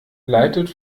leitet